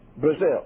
Brazil